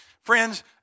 Friends